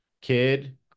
kid